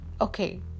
Okay